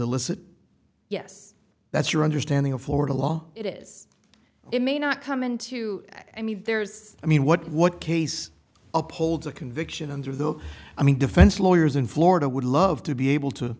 illicit yes that's your understanding of florida law it is it may not come into i mean there's i mean what what case upholds a conviction under the i mean defense lawyers in florida would love to be able to